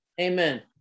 Amen